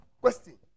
Question